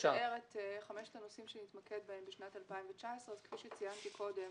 לתאר את חמשת הנושאים שנתמקד בהם בשנת 2019. כפי שציינתי קודם,